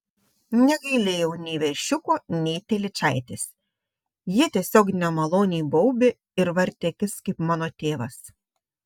negailėjau nei veršiuko nei telyčaitės jie tiesiog nemaloniai baubė ir vartė akis kaip mano tėvas